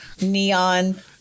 neon